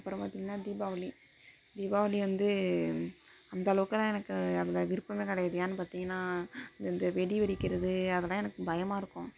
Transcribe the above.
அப்புறம் பார்த்திங்கன்னா தீபாவளி தீபாவளி வந்து அந்த அளவுக்கெலாம் எனக்கு அதில் விருப்பமே கிடையாது ஏன் பார்த்திங்கன்னா இந்த வெடி வெடிக்கிறது அதெல்லாம் எனக்கு பயமாக இருக்கும்